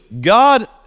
God